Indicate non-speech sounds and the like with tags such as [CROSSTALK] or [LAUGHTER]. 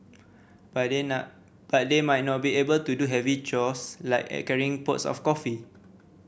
but they [UNINTELLIGIBLE] but they might not be able to do heavy chores like carrying pots of coffee